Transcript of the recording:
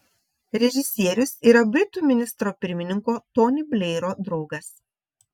režisierius yra britų ministro pirmininko tony blairo draugas